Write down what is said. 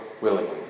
willingly